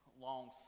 long